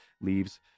leaves